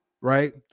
right